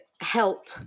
help